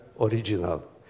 original